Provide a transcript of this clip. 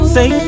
Say